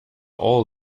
all